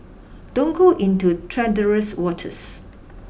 don't go into treacherous waters